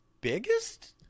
biggest